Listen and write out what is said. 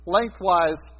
Lengthwise